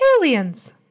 aliens